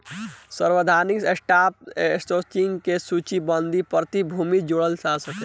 सार्वजानिक stock exchange में सूचीबद्ध प्रतिभूति जोड़ल जा सकेला